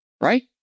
Right